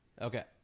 Okay